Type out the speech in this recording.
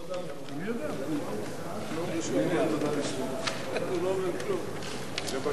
לוועדת העבודה, הרווחה והבריאות נתקבלה.